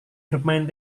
bermain